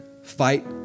Fight